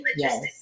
Yes